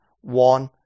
one